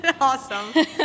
Awesome